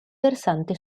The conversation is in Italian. versante